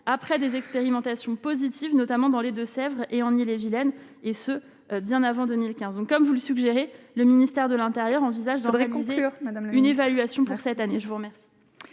après des expérimentations positive notamment dans les Deux-Sèvres et en Ille-et-Vilaine, et ce bien avant 2015 ans comme vous le suggérez, le ministère de l'Intérieur envisage voudrait conclure une évaluation pour cette année, je vous remercie.